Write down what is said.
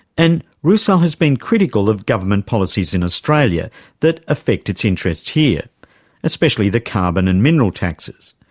and rusal has been critical of government policies in australia that affect its interests here, especially the carbon and mineral taxes.